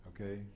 okay